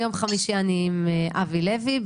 ביום חמישי אני עם אבי לוי,